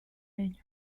legno